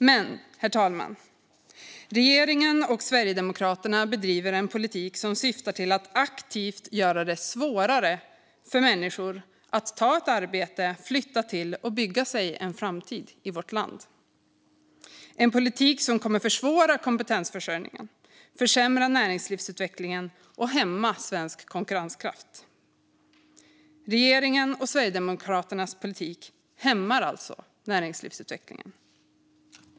Men, herr talman, regeringen och Sverigedemokraterna bedriver en politik som syftar till att aktivt göra det svårare för människor att ta arbete, flytta till och bygga sig en framtid i vårt land. Det är en politik som kommer att försvåra kompetensförsörjningen, försämra näringslivsutvecklingen och hämma svensk konkurrenskraft. Regeringens och Sverigedemokraternas politik hämmar alltså näringslivsutvecklingen.